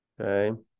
Okay